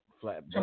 Flat